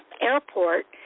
Airport